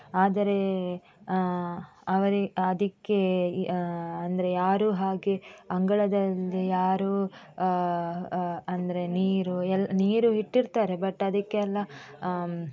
ಆದರೆ ಅವರು ಅದಕ್ಕೆ ಈ ಅಂದರೆ ಯಾರು ಹಾಗೆ ಅಂಗಳದಲ್ಲಿ ಯಾರು ಅಂದರೆ ನೀರು ಎಲ್ಲಿ ನೀರು ಇಟ್ಟಿರ್ತಾರೆ ಬಟ್ ಅದಕ್ಕೆಲ್ಲ